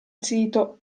zito